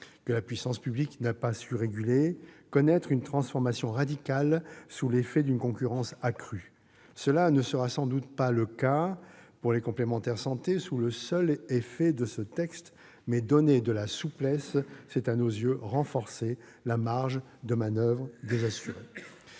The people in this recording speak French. que la puissance publique n'a pas su réguler, connaître une transformation radicale sous l'effet d'une concurrence accrue. Cela ne sera sans doute pas le cas pour les complémentaires santé du seul effet de ce texte, mais donner de la souplesse revient, à nos yeux, à renforcer la marge de manoeuvre des assurés.